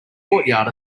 courtyard